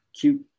cute